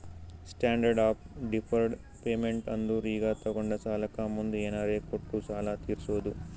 standard of deferred payment ಅಂದುರ್ ಈಗ ತೊಗೊಂಡ ಸಾಲಕ್ಕ ಮುಂದ್ ಏನರೇ ಕೊಟ್ಟು ಸಾಲ ತೀರ್ಸೋದು